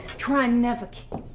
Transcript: cry never came.